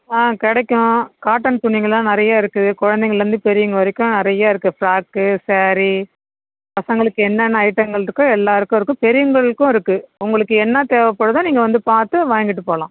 ஆ கிடைக்கும் காட்டன் துணிகளெல்லாம் நிறைய இருக்குது குழந்தைங்கள்லருந்து பெரியவங்க வரைக்கும் நிறைய இருக்குது ஃப்ராக்கு ஸேரி பசங்களுக்கு என்னென்ன ஐட்டங்கள் இருக்கோ எல்லோருக்கும் இருக்குது பெரியவர்களுக்கும் இருக்குது உங்களுக்கு என்ன தேவைப்படுதோ நீங்கள் வந்து பார்த்து வாங்கிட்டு போகலாம்